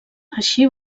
així